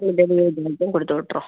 ம் டெலிவரி சார்ஜும் கொடுத்து விட்டுடுறோம்